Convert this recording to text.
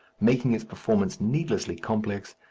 making its performance needlessly complex,